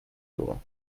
door